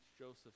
joseph